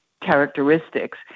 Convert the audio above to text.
characteristics